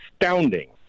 astounding